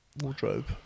wardrobe